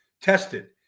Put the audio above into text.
tested